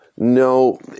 No